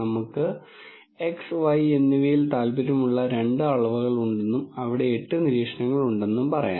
നമുക്ക് x y എന്നിവയിൽ താൽപ്പര്യമുള്ള രണ്ട് അളവുകൾ ഉണ്ടെന്നും അവിടെ എട്ട് നിരീക്ഷണങ്ങൾ ഉണ്ടെന്നും പറയാം